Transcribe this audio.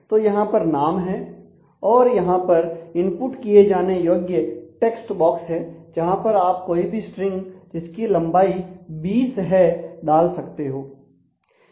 तो यहां पर नाम है और यहां पर इनपुट किए जाने योग्य टेक्स्ट बॉक्स है जहां पर आप कोई भी स्ट्रिंग जिसकी लंबाई 20 है डाल सकते हो